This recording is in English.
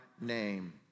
name